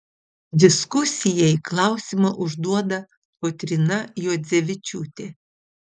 diskusijai klausimą užduoda kotryna juodzevičiūtė